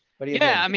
but yeah, i mean